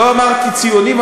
לא אמרתי ציונים,